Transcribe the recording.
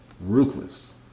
ruthless